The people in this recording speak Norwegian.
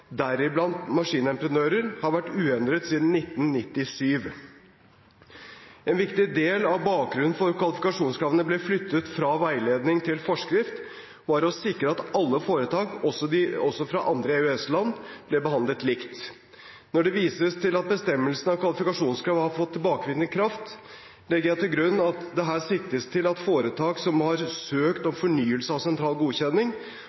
deriblant maskinentreprenører, har vært uendret siden 1997. En viktig del av bakgrunnen for at kvalifikasjonskravene ble flyttet fra veiledning til forskrift, var å sikre at alle foretak – også de fra andre EØS-land – ble behandlet likt. Når det vises til at bestemmelsen om kvalifikasjonskrav har fått tilbakevirkende kraft, legger jeg til grunn at det her siktes til at foretak som har søkt om fornyelse av sentral godkjenning,